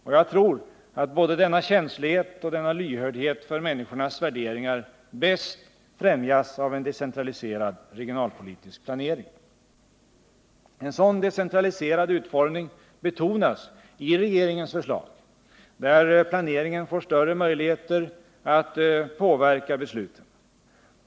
Och jag tror att både denna känslighet och denna lyhördhet för människornas värderingar bäst främjas av en decentraliserad regionalpolitisk planering. Vikten av en sådan decentraliserad utformning betonas i regeringens förslag, enligt vilket planeringen får större möjligheter att påverka besluten.